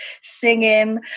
singing